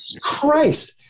Christ